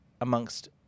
amongst